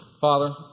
Father